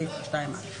בעצם אני